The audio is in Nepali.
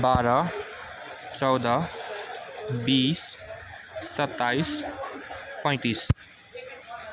बाह्र चौध बिस सत्ताइस पैँतिस